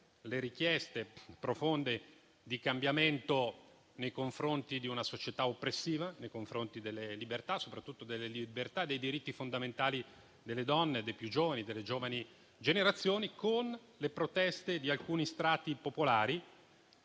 le richieste profonde di cambiamento nei confronti di una società oppressiva, nella direzione delle libertà, soprattutto dei diritti fondamentali delle donne, dei più giovani e delle giovani generazioni, con le proteste di alcuni strati popolari,